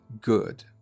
good